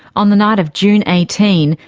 on the night of june eighteen,